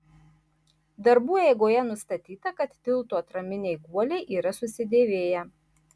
darbų eigoje nustatyta kad tilto atraminiai guoliai yra susidėvėję